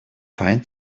find